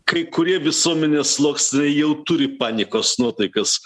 kai kurie visuomenės sluoksniai jau turi panikos nuotaikas